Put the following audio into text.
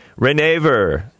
Renever